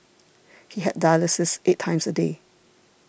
he had dialysis eight times a day